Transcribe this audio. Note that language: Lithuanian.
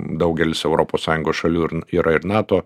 daugelis europos sąjungos šalių ir yra ir nato